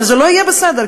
אבל לא יהיה בסדר,